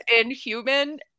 inhuman